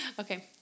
Okay